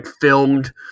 filmed